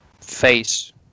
face